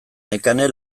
nekane